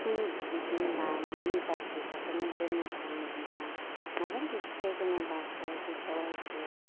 ओम जेन'बा नों निजा फैसाखौनो दोननो थांबा माबा मोनसे जेनेबा केवाइसि टेवाइसि